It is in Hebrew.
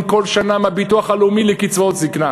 כל שנה מהביטוח הלאומי לקצבאות זיקנה.